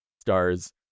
stars